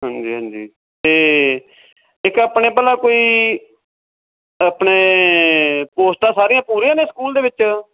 ਹਾਂਜੀ ਹਾਂਜੀ ਅਤੇ ਇੱਕ ਆਪਣੇ ਭਲਾ ਕੋਈ ਆਪਣੇ ਪੋਸਟਾਂ ਸਾਰੀਆਂ ਪੂਰੀਆਂ ਨੇ ਸਕੂਲ ਦੇ ਵਿੱਚ